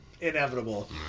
inevitable